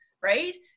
right